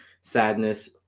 sadness